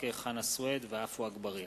הצעת חוק לתיקון פקודת מס הכנסה (זיכוי